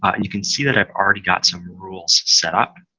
and you can see that i've already got some rules set up.